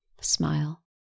Smile